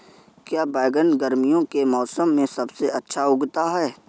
क्या बैगन गर्मियों के मौसम में सबसे अच्छा उगता है?